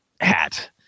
hat